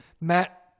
Matt